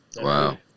Wow